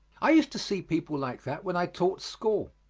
i used to see people like that when i taught school.